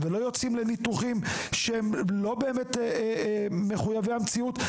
ולא יוצאים לניתוחים שהם לא באמת מחויבי המציאות",